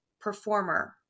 performer